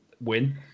win